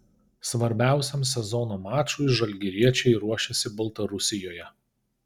svarbiausiam sezono mačui žalgiriečiai ruošiasi baltarusijoje